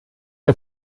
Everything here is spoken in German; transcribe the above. der